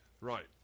Right